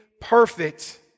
perfect